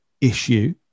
issue